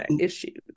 issues